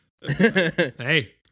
Hey